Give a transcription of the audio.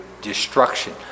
destruction